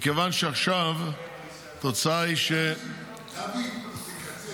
מכיוון שעכשיו התוצאה היא --- דוד, תקצר.